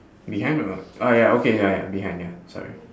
behind or not uh ya okay ya ya behind ya sorry